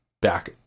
back